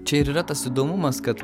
čia ir yra tas įdomumas kad